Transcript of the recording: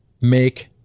make